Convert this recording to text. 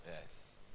Yes